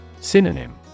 Synonym